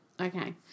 Okay